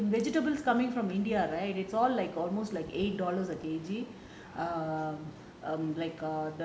vegetables coming from india right is all like almost like eight dollars a K_G err like um the